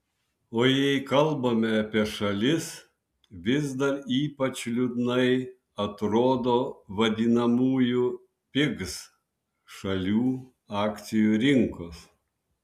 o jei kalbame apie šalis vis dar ypač liūdnai atrodo vadinamųjų pigs šalių akcijų rinkos